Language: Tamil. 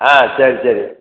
ஆ சரி சரி